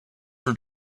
were